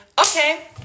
okay